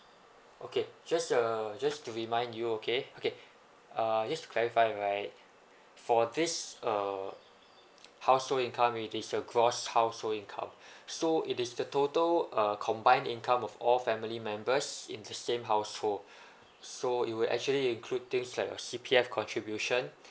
okay just uh just to remind you okay okay uh I just clarify right for this uh household income it is a gross household income so it is the total uh combined income of all family members in the same household so it'll actually include things like uh C_P_F contribution